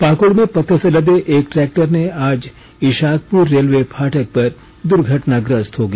पाकड़ में पत्थर से लदे एक ट्रैक्टर ने आज इशाकपुर रेलवे फाटक पर द्र्घटनाग्रस्त हो गया